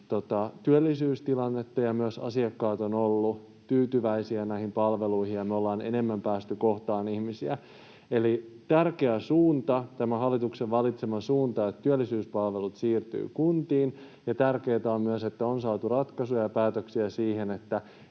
työllisyystilannetta. Myös asiakkaat ovat olleet tyytyväisiä näihin palveluihin, ja me ollaan enemmän päästy kohtaamaan ihmisiä. Eli tärkeä suunta, tämä hallituksen valitsema suunta, että työllisyyspalvelut siirtyvät kuntiin. Ja tärkeätä on myös, että on saatu ratkaisuja ja päätöksiä siihen,